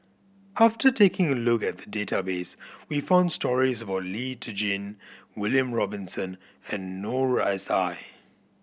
after taking a look at the database we found stories about Lee Tjin William Robinson and Noor S I